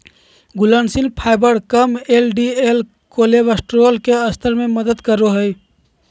घुलनशील फाइबर कम LDL cholesterol के स्तर में मदद करो हइ